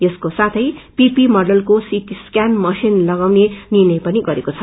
यसको साथै पीपी मडलको सीटी स्क्यान मशिन तगाउने निर्णय पनि गरेको छ